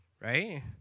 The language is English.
right